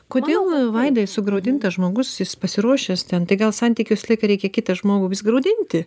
kodėl vaidai sugraudintas žmogus jis pasiruošęs ten tai gal santyky visą laiką reikia kitą žmogų vis graudinti